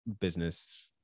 business